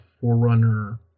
forerunner